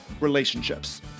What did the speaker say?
relationships